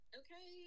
okay